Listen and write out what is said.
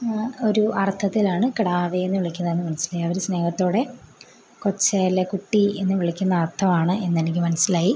ആ ഒരു അർത്ഥത്തിലാണ് കിടാവേ എന്ന് വിളിക്കുന്നതെന്ന് മനസ്സിലായി അവർ സ്നേഹത്തോടെ കൊച്ചേ അല്ലെങ്കിൽ കുട്ടി എന്ന് വിളിക്കുന്ന അർത്ഥമാണ് എന്ന് എനിക്ക് മനസ്സിലായി